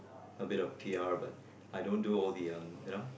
a bit of P_R but I don't do all the um you know